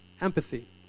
empathy